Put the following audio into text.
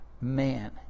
man